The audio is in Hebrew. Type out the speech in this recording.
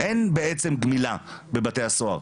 אין בעצם גמילה בבתי הסוהר,